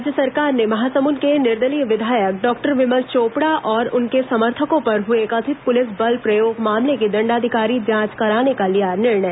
राज्य सरकार ने महासमुंद के निर्दलीय विधायक डॉक्टर विमल चोपड़ा और उनके समर्थकों पर हए कथित पुलिस बल प्रयोग मामले की दंडाधिकारी जांच कराने का लिया निर्णय